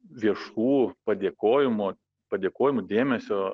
viešų padėkojimų padėkojimų dėmesio